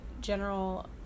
general